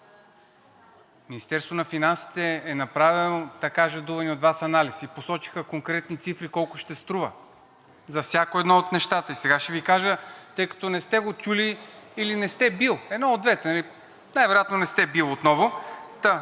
Министерството на финансите е направило така жадувания от Вас анализ и посочиха конкретни цифри колко ще струва за всяко едно от нещата. И сега ще Ви кажа, тъй като не сте го чули или не сте били, едно от двете, най-вероятно не сте били отново.